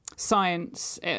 science